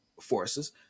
forces